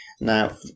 now